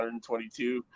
122